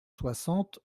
soixante